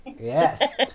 Yes